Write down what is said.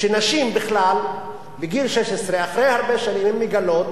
שנשים בכלל בגיל 16, אחרי הרבה שנים הן מגלות